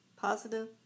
positive